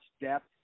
depth